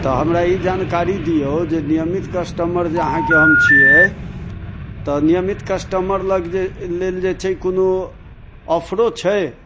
तऽ हमरा ई जानकारी दियौ जे नियमित कस्टमर जे अहाँके हम छियै तऽ नियमित कस्टमर लग लेल जेछै से कोनो ऑफरो छै